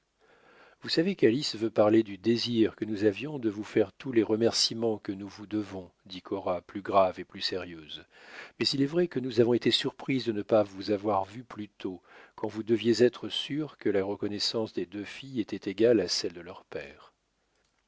vous savez qu'alice veut parler du désir que nous avions de vous faire tous les remerciements que nous vous devons dit cora plus grave et plus sérieuse mais il est vrai que nous avons été surprises de ne pas vous avoir vu plus tôt quand vous deviez être sûr que la reconnaissance des deux filles était égale à celle de leur père